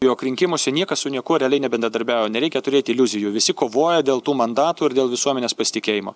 jog rinkimuose niekas su niekuo realiai nebendradarbiauja nereikia turėt iliuzijų visi kovoja dėl tų mandatų ir dėl visuomenės pasitikėjimo